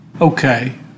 okay